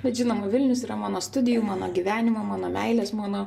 bet žinoma vilnius yra mano studijų mano gyvenimo mano meilės mano